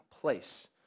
place